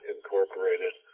Incorporated